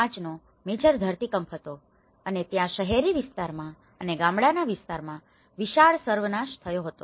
5નો major ધરતીકંપ હતો અને ત્યાં શહેરી વિસ્તારમાં અને ગામડાના વિસ્તારમાં વિશાળ સર્વનાશ થયો હતો